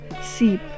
seep